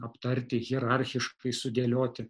aptarti hierarchiškai sudėlioti